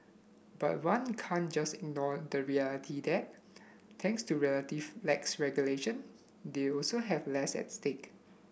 but one can't just ignore the reality that thanks to relative lax regulation they also have less at stake